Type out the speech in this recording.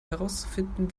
herauszufinden